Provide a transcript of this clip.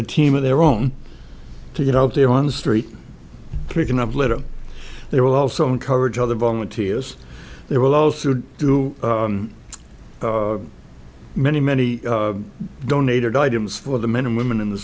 a team of their own to get up there on the street picking up litter they will also encourage other volunteers they will also do many many donated items for the men and women in the